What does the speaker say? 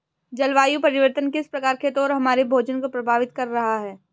जलवायु परिवर्तन किस प्रकार खेतों और हमारे भोजन को प्रभावित कर रहा है?